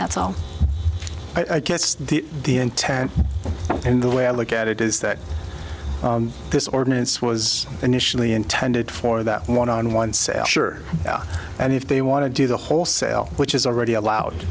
that's all i guess the the intent and the way i look at it is that this ordinance was initially intended for that one on one sale sure and if they want to do the whole sale which is already allowed